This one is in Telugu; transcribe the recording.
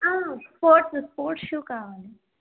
స్పోర్ట్సు స్పోర్ట్స్ షూ కావాలి